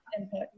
input